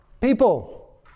people